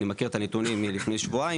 אני מכיר את הנתונים מלפני שבועיים.